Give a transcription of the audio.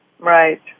Right